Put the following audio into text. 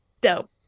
dope